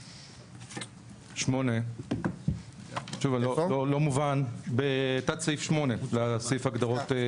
8. שוב, לא מובן, בתת סעיף 8 לסעיף הגדרות.